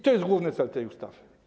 To jest główny cel tej ustawy.